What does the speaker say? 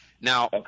Now